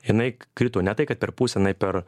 jinai krito ne tai kad per pusę jinai per